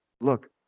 Look